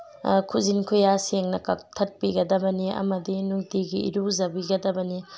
ꯈꯨꯖꯤꯟ ꯈꯨꯌꯥ ꯁꯦꯡꯅ ꯀꯛꯊꯠꯄꯤꯒꯗꯕꯅꯤ ꯑꯃꯗꯤ ꯅꯨꯡꯇꯤꯒꯤ ꯏꯔꯨꯖꯕꯤꯒꯗꯕꯅꯤ